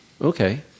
Okay